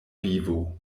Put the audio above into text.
vivo